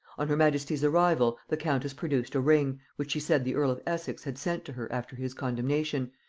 on her majesty's arrival, the countess produced a ring, which she said the earl of essex had sent to her after his condemnation,